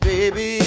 Baby